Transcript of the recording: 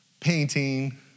painting